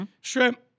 Shrimp